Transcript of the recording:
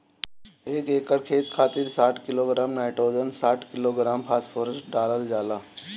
एक एकड़ खेत खातिर साठ किलोग्राम नाइट्रोजन साठ किलोग्राम फास्फोरस डालल जाला?